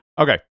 Okay